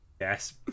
Yes